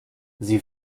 sie